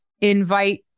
invite